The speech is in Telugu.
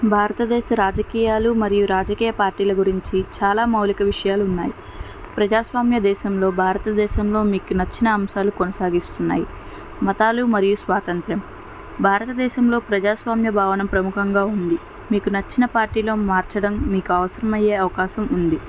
భారతదేశ రాజకీయాలు మరియు రాజకీయ పార్టీల గురించి చాలా మౌలిక విషయాలు ఉన్నాయి ప్రజాస్వామ్య దేశంలో భారత దేశంలో మీకు నచ్చిన అంశాలు కొనసాగిస్తున్నాయి మతాలు మరియు స్వాతంత్రం భారతదేశంలో ప్రజాస్వామ్య భవనం ప్రముఖంగా ఉంది మీకు నచ్చిన పార్టీలో మార్చడం మీకు అవసరమయ్యే అవకాశం ఉంది